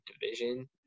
division